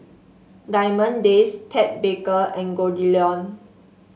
Diamond Days Ted Baker and Goldlion